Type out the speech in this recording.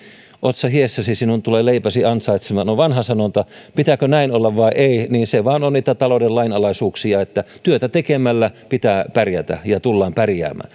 otsasi hiessä sinun tulee leipäsi ansaitseman se on vanha sanonta pitääkö näin olla vai ei se vain on niitä talouden lainalaisuuksia että työtä tekemällä pitää pärjätä ja tullaan pärjäämään